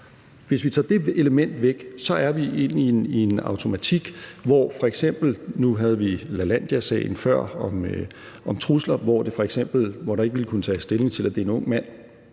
Hvis vi tager det element væk, er vi inde i en automatik, hvor f.eks. – nu havde vi Lalandiasagen før om trusler – der ikke ville kunne tages stilling til, at det er en ung mand,